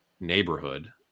neighborhood